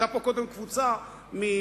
היתה פה קודם קבוצה מדרום-אמריקה,